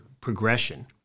progression